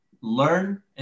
learn